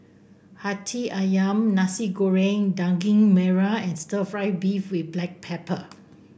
hati ayam Nasi Goreng Daging Merah and stir fry beef with Black Pepper